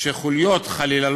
שחוליות, חלילה,